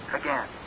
again